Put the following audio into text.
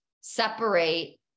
separate